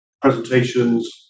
presentations